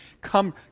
Come